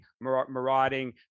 marauding